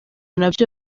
nabyo